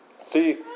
See